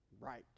Right